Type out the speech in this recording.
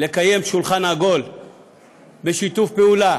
לקיים שולחן עגול בשיתוף פעולה